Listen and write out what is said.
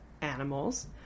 animals